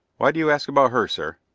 why do you ask about her, sir?